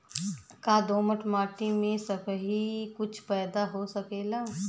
का दोमट माटी में सबही कुछ पैदा हो सकेला?